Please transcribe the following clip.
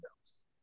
else